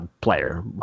player